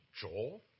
Joel